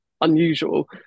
unusual